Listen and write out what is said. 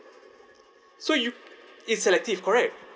so you it's selective correct